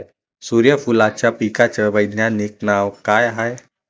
सुर्यफूलाच्या पिकाचं वैज्ञानिक नाव काय हाये?